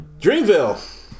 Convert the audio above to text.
Dreamville